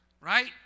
right